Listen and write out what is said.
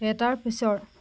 এটাৰ পিছৰ